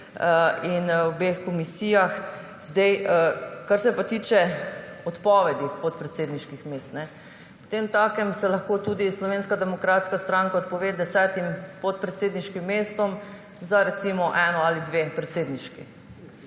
in v obeh komisijah. Kar se pa tiče odpovedi podpredsedniških mest. Potemtakem se lahko tudi Slovenska demokratska stranka odpove 10 podpredsedniškim mestom za recimo eno ali dve predsedniški.